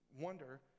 wonder